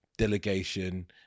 delegation